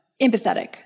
empathetic